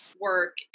work